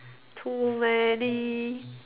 too many